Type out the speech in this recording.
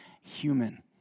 human